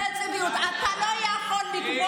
אתה לא יכול לקבוע,